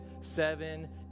seven